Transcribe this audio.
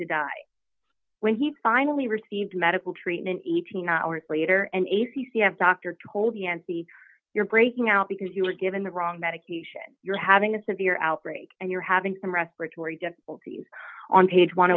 to die when he finally received medical treatment each an hour later and a b c s doctor told the n c you're breaking out because you were given the wrong medication you're having a severe outbreak and you're having some respiratory difficulties on page one